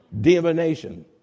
Divination